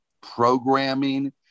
programming